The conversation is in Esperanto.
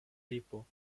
lipo